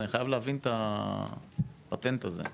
אני חייב להבין את הפטנט הזה.